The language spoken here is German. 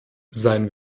sein